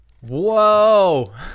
whoa